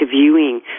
viewing